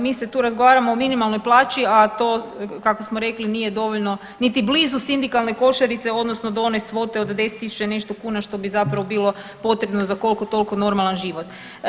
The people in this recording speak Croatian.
Mi se tu razgovaramo o minimalnoj plaći, a to kako smo rekli nije dovoljno, niti blizu sindikalne košarice odnosno do one svote od 10.000 i nešto kuna što bi zapravo bilo potrebno za koliko toliko normalan život.